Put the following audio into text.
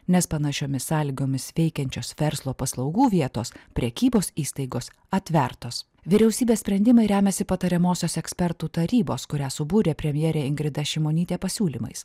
nes panašiomis sąlygomis veikiančios verslo paslaugų vietos prekybos įstaigos atvertos vyriausybės sprendimai remiasi patariamosios ekspertų tarybos kurią subūrė premjerė ingrida šimonytė pasiūlymais